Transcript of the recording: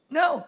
no